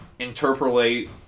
interpolate